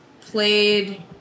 played